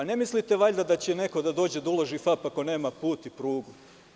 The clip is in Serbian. Ne mislite valjda da će neko da dođe da uloži u „Fap“ ako nema put i prugu?